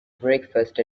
breakfast